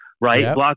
Right